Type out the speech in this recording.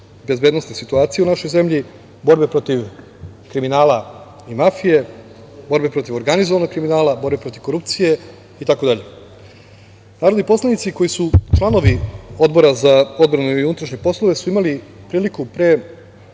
bezbednosne situacije u našoj zemlji, borbe protiv kriminala i mafije, borbe protiv organizovanog kriminala, borbe protiv korupcije itd. Narodni poslanici koji su članovi Odbora za odbranu i unutrašnje poslove su imali priliku pre